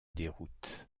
déroute